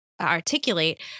articulate